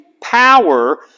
power